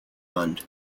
fund